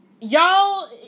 Y'all